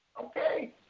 Okay